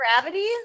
gravity